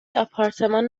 آپارتمان